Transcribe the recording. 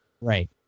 Right